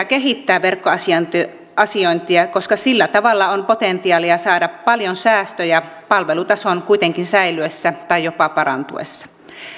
kehittää verkkoasiointia koska sillä tavalla on potentiaalia saada paljon säästöjä palvelutason kuitenkin säilyessä tai jopa parantuessa